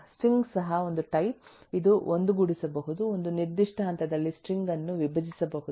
string ಸಹ ಒಂದು type ಇದು ಒಂದುಗೂಡಿಸಬಹುದು ಒಂದು ನಿರ್ದಿಷ್ಟ ಹಂತದಲ್ಲಿ ಸ್ಟ್ರಿಂಗ್ ಅನ್ನು ವಿಭಜಿಸಬಹುದು